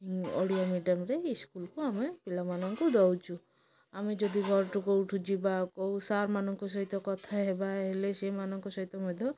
ଓଡ଼ିଆ ମିଡ଼ିୟମରେ ଇସ୍କୁଲକୁ ଆମେ ପିଲାମାନଙ୍କୁ ଦେଉଛୁ ଆମେ ଯଦି ଘରଠୁ କେଉଁଠୁ ଯିବା କେଉଁ ସାର୍ମାନଙ୍କ ସହିତ କଥା ହେବା ହେଲେ ସେଇମାନଙ୍କ ସହିତ ମଧ୍ୟ